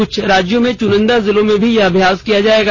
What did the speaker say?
कुछ राज्यों में चुनिंदा जिलों में भी यह अभ्याास किया जाएगा